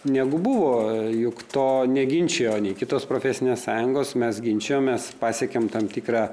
negu buvo juk to neginčijo nei kitos profesinės sąjungos mes ginčijom mes pasiekėm tam tikrą